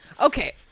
Okay